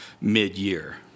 mid-year